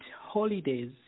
holidays